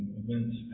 events